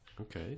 Okay